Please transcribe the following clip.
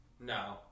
No